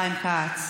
חיים כץ,